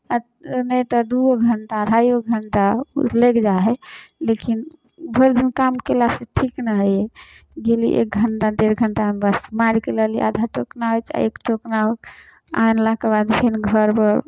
आओर नहि तऽ दुइओ घण्टा अढ़ाइओ घण्टा लगि जाइ हइ लेकिन भरिदिन काम कएलासँ ठीक ने होइ हइ गेली एक घण्टा डेढ़ घण्टामे बस मारिके लैली आधा टोकना होके चाहे एक टोकना होके आनलाके बाद फेर घरपर